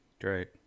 Great